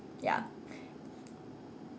yeah